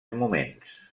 moments